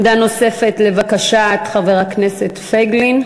עמדה נוספת, לבקשת חבר הכנסת פייגלין.